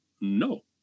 no